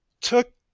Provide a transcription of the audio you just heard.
took